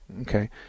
Okay